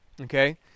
Okay